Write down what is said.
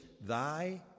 thy